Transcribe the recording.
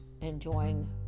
enjoying